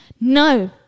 No